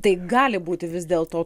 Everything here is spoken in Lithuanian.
tai gali būti vis dėl to